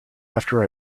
after